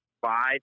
five